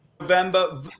November